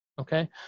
okay